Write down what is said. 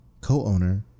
co-owner